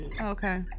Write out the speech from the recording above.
okay